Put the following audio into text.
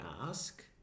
ask